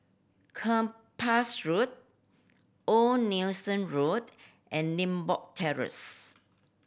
Kempas Road Old Nelson Road and Limbok Terrace